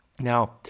Now